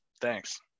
Thanks